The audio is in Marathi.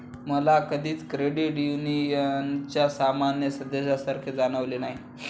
मला कधीच क्रेडिट युनियनच्या सामान्य सदस्यासारखे जाणवले नाही